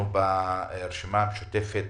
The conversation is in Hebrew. אנחנו ברשימה המשותפת